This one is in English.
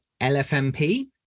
LFMP